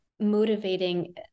motivating